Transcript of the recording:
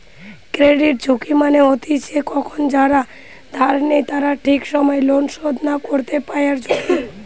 credit ঝুঁকি মানে হতিছে কখন যারা ধার নেই তারা ঠিক সময় লোন শোধ না করতে পায়ারঝুঁকি